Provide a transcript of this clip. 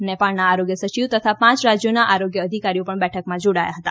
નેપાળના આરોગ્ય સચિવ તથા પાંચ રાજ્યોના આરોગ્ય અધિકારીએ પણ બેઠકમાં જોડાયા હતા